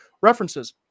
References